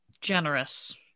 generous